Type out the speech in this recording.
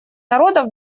народов